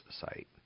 site